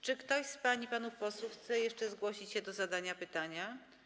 Czy ktoś z pań i panów posłów chce jeszcze zgłosić się do zadania pytania?